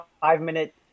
five-minute